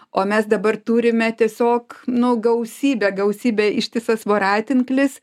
o mes dabar turime tiesiog nu gausybę gausybę ištisas voratinklis